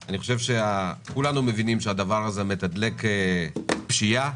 כולנו מבינים שהדבר הזה מתדלק פשיעה,